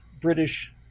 British